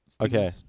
okay